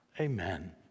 Amen